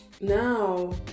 now